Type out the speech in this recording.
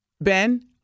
Ben